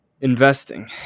investing